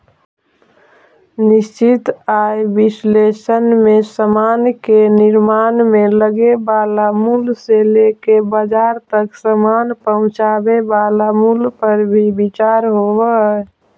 निश्चित आय विश्लेषण में समान के निर्माण में लगे वाला मूल्य से लेके बाजार तक समान पहुंचावे वाला मूल्य पर भी विचार होवऽ हई